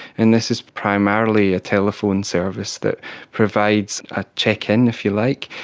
and this is primarily a telephone service that provides a check-in, if you like,